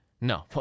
No